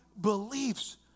beliefs